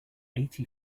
eighty